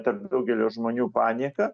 tarp daugelio žmonių panika